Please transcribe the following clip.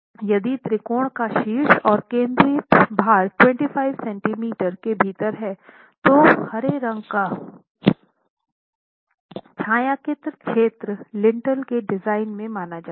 यदि त्रिकोण का शीर्ष और केंद्रित भार 25 सेंटीमीटर के भीतर है तो हरे रंग का छायांकित क्षेत्र लिंटेल के डिज़ाइन में माना जाता है